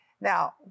Now